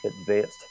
advanced